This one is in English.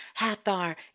Hathar